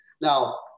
now